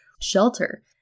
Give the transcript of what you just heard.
shelter